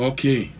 Okay